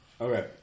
Okay